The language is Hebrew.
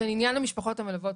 ולעניין המשפחות המלוות,